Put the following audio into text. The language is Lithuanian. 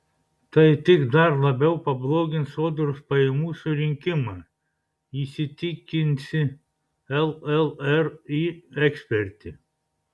tai tik dar labiau pablogins sodros pajamų surinkimą įsitikinsi llri ekspertė